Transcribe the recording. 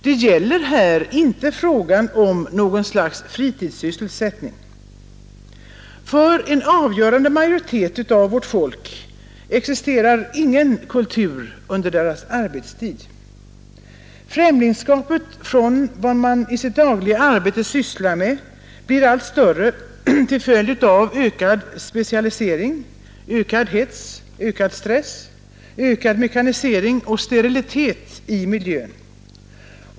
Det gäller här inte frågan om något slags fritidssysselsättning. För en avgörande majoritet av vårt folk existerar ingen kultur under arbetstid. Främlingskapet från vad man i sitt dagliga arbete sysslar med blir allt större till följd av ökad specialisering, ökad hets, ökad stress, ökad mekanisering och sterilitet i miljön.